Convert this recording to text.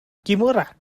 kimura